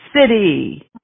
City